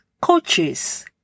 Coaches